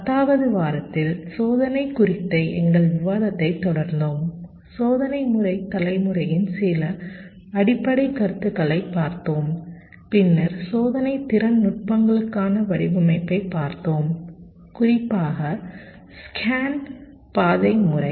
10 வது வாரத்தில் சோதனை குறித்த எங்கள் விவாதத்தைத் தொடர்ந்தோம் சோதனை முறை தலைமுறையின் சில அடிப்படைக் கருத்துகளை பார்த்தோம் பின்னர் சோதனை திறன் நுட்பங்களுக்கான வடிவமைப்பைப் பார்த்தோம் குறிப்பாக ஸ்கேன் பாதை முறை